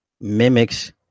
mimics